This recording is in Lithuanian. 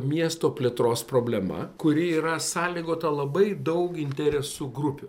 miesto plėtros problema kuri yra sąlygota labai daug interesų grupių